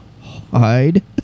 Hide